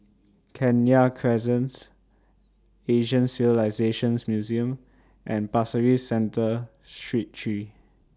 Kenya Crescents Asian Civilisations Museum and Pasir Ris Central Street three